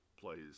plays